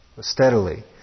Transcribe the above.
steadily